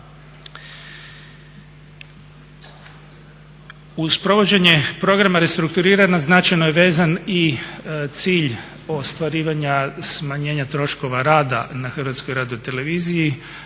Uz provođenje Programa restrukturiranja značajno je vezan i cilj ostvarivanja smanjenja troškova rada na HRT-i. Naši